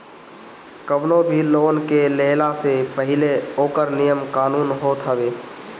कवनो भी लोन के लेहला से पहिले ओकर नियम कानून होत हवे